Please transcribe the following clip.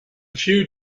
few